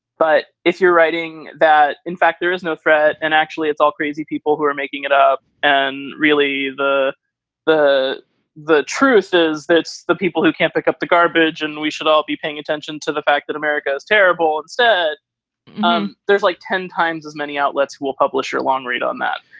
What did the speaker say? but if you're writing that, in fact, there is no threat. and actually, it's all crazy people who are making it up. and really, the the the truth is that's the people who can't pick up the garbage. and we should all be paying attention to the fact that america is terrible. and instead, um there's there's like ten times as many outlets will publish or long read on that.